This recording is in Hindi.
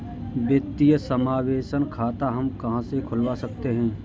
वित्तीय समावेशन खाता हम कहां से खुलवा सकते हैं?